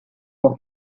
for